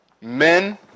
men